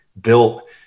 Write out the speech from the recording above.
built